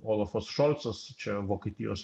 olafas šolcas čia vokietijos